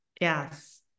yes